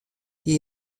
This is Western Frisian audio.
hie